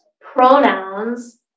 pronouns